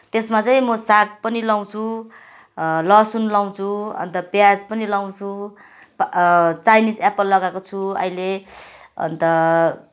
त्यसमा चाहिँ म साग पनि लगाउँछु लसुन लगाउँछु अन्त प्याज पनि लगाउँछु चाइनिज एप्पल लगाएको छु अहिले अन्त